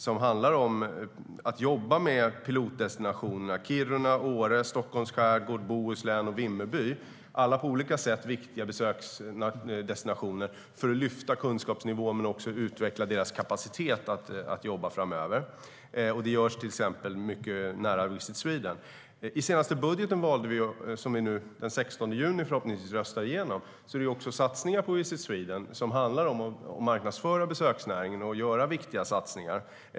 Det handlar om att jobba med pilotdestinationerna Kiruna, Åre, Stockholms skärgård, Bohuslän och Vimmerby. De är alla på olika sätt viktiga besöksdestinationer för att lyfta kunskapsnivån men också utveckla deras kapacitet att jobba framöver. Det görs till exempel mycket nära Visit Sweden. I senaste budgeten - som förhoppningsvis den 16 juni röstas igenom - gör vi satsningar på Visit Sweden. Det gäller att marknadsföra besöksnäringen och att göra viktiga satsningar.